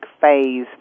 phase